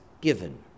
given